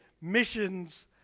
missions